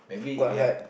quite hard